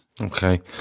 Okay